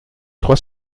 trois